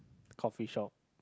coffee shop